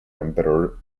emperor